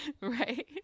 right